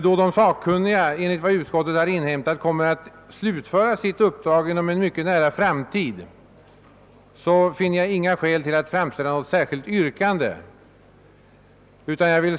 Då de sakkunniga, enligt vad utskottet har inhämtat, kommer att slutföra sitt uppdrag inom en mycket nära framtid, finner jag inget skäl till att framställa något särskilt yrkande.